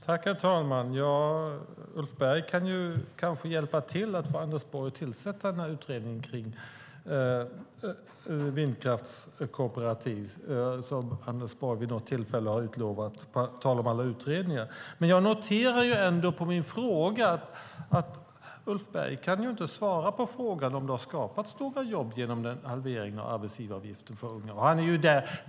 Herr talman! Ulf Berg kanske kan hjälpa till att få Anders Borg att tillsätta denna utredning om vindkraftskooperativ som Anders Borg vid något tillfälle har utlovat, detta på tal om alla utredningar. Men jag noterar ändå att Ulf Berg inte kan svara på min fråga om det har skapats några jobb genom halveringen av arbetsgivaravgiften för unga.